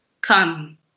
Come